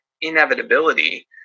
inevitability